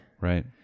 Right